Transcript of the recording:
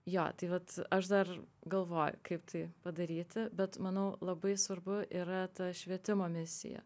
jo tai vat aš dar galvoju kaip tai padaryti bet manau labai svarbu yra ta švietimo misija